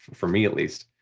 for me at least.